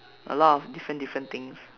a lot of different different things